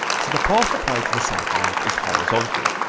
so the path applied to the satellite is horizontal,